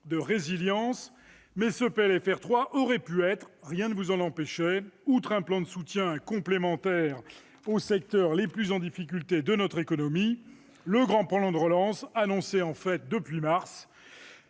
de finances rectificative aurait pu être- rien ne vous en empêchait -, outre un plan de soutien complémentaire aux secteurs les plus en difficulté de notre économie, le grand plan de relance annoncé en fait depuis mars,